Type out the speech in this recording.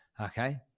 Okay